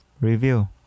review